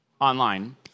online